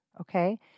okay